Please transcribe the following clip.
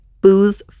booze